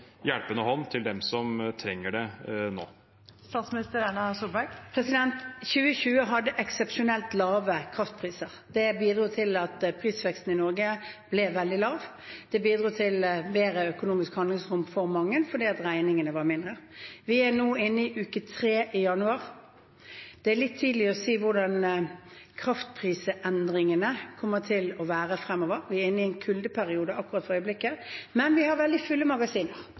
hjelpende hånd til dem som trenger det nå? I 2020 hadde vi eksepsjonelt lave kraftpriser. Det bidro til at prisveksten i Norge ble veldig lav. Det bidro til bedre økonomisk handlingsrom for mange, fordi regningene var mindre. Vi er nå inne i uke 3 i januar. Det er litt tidlig å si hvordan kraftprisendringene kommer til å være fremover. Vi er inne i en kuldeperiode akkurat for øyeblikket. Men vi har veldig fulle magasiner.